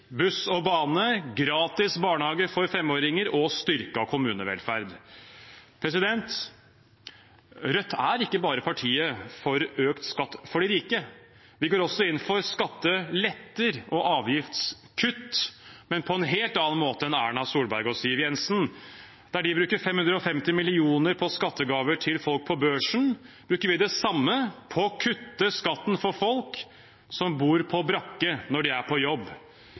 buss og bane, gratis barnehage for femåringer og styrket kommunevelferd. Rødt er ikke bare partiet for økt skatt for de rike. Vi går også inn for skattelette og avgiftskutt, men på en helt annen måte enn Erna Solberg og Siv Jensen. Der de bruker 550 mill. kr på skattegaver til folk på børsen, bruker vi det samme på å kutte skatten for folk som bor på brakke når de er på jobb.